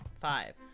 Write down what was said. Five